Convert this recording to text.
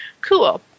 cool